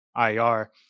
IR